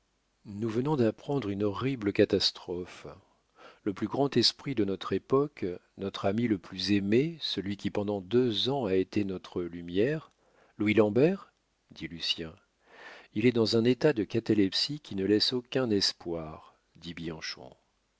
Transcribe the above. nous venons d'apprendre une horrible catastrophe le plus grand esprit de notre époque notre ami le plus aimé celui qui pendant deux ans a été notre lumière louis lambert dit lucien il est dans un état de catalepsie qui ne laisse aucun espoir dit